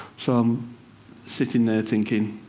so i'm sitting there thinking.